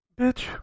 Bitch